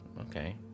okay